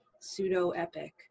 pseudo-epic